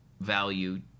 value